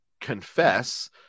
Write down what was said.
confess